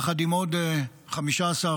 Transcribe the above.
יחד עם עוד 15 לוחמים,